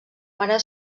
mare